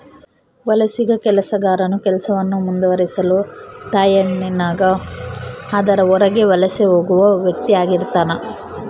ವಲಸಿಗ ಕೆಲಸಗಾರನು ಕೆಲಸವನ್ನು ಮುಂದುವರಿಸಲು ತಾಯ್ನಾಡಿನಾಗ ಅದರ ಹೊರಗೆ ವಲಸೆ ಹೋಗುವ ವ್ಯಕ್ತಿಆಗಿರ್ತಾನ